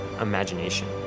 imagination